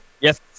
Yes